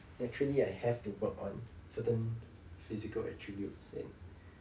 naturally I have to work on certain physical attributes and